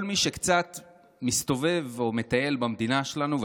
כל מי שקצת מסתובב או מטייל במדינה שלנו,